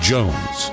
Jones